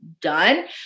done